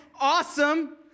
awesome